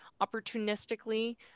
opportunistically